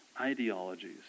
ideologies